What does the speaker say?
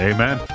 Amen